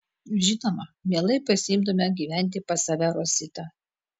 žinoma mielai pasiimtume gyventi pas save rositą